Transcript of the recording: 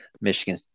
Michigan